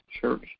Church